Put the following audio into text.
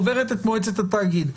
עוברת את מועצת התאגיד,